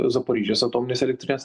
zaporižės atominės elektrinės